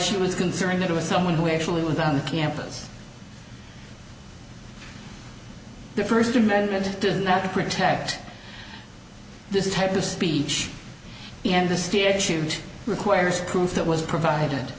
she was concerned it was someone who actually was on the campus the first amendment didn't have to protect this type of speech and the statute requires proof that was provided